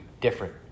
different